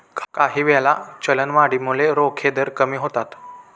काहीवेळा, चलनवाढीमुळे रोखे दर कमी होतात